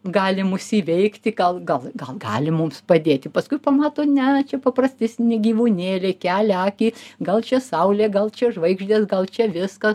gali mus įveikti gal gal gal gali mums padėti paskui pamato ne čia paprastesni gyvūnėliai kelia akį gal čia saulė gal čia žvaigždės gal čia viskas